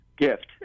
gift